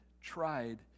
tried